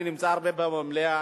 אני נמצא הרבה פה במליאה,